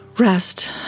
Rest